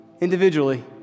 individually